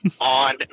on